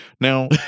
Now